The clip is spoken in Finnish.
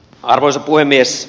arvoisa puhemies